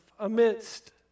amidst